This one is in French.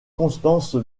constance